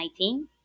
2019